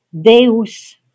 Deus